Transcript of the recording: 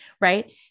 Right